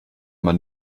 man